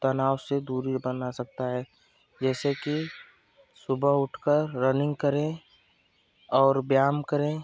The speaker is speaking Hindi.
तनाव से दूरी बना सकता है जैसे कि सुबह उठकर रनिंग करें और व्यायाम करें